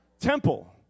temple